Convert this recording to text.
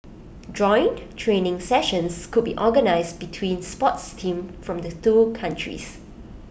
joint training sessions could be organised between sports teams from the two countries